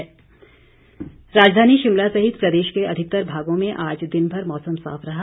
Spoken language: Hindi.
मौसम राजधानी शिमला सहित प्रदेश के अधिकतर भागों में आज दिनभर मौसम साफ रहा